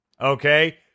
Okay